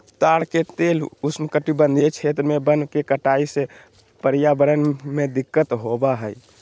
ताड़ के तेल उष्णकटिबंधीय क्षेत्र में वन के कटाई से पर्यावरण में दिक्कत होबा हइ